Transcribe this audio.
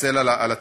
מתנצל על התיאור,